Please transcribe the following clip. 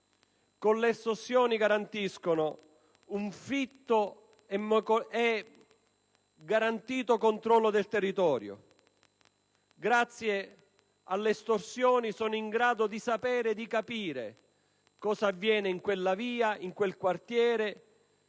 con le estorsioni si assicurano un fitto e garantito controllo del territorio; grazie alle estorsioni sono in grado di sapere e di capire cosa avviene in quella via, in quel quartiere,